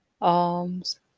arms